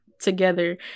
together